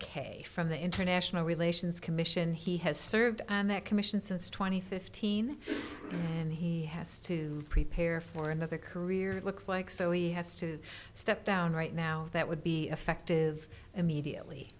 mackaye from the international relations commission he has served on that commission since two thousand and fifteen and he has to prepare for another career looks like so he has to step down right now that would be effective immediately